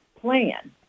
plan